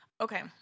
okay